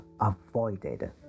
avoided